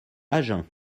agen